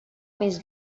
més